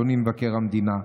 אדוני מבקר המדינה,